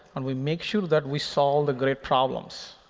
and we make sure that we solve the great problems.